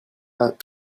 out